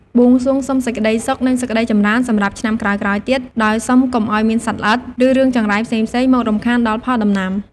បួងសួងសុំសេចក្តីសុខ និងសេចក្តីចម្រើនសម្រាប់ឆ្នាំក្រោយៗទៀត ដោយសុំកុំឱ្យមានសត្វល្អិត ឬរឿងចង្រៃផ្សេងៗមករំខានដល់ផលដំណាំ។